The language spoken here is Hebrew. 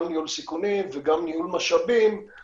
גם ניהול סיכונים וגם ניהול משאבים שנמצאים במחסור.